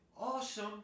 awesome